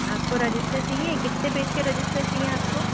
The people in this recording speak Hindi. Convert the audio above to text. आपको रजिस्टर चाहिए कितने पेज के रजिस्टर चाहिए आपको